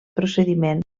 procediment